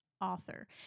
author